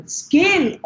scale